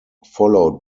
followed